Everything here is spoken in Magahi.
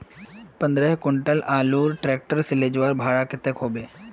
पंद्रह कुंटल आलूर ट्रैक्टर से ले जवार भाड़ा कतेक होबे?